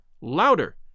louder